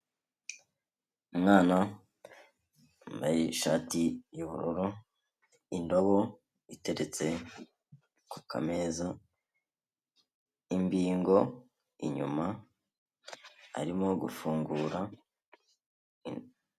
Umwana wambaye ishati y'ubururu, indobo iteretse ku kameza, imbingo inyuma, arimo gufungura.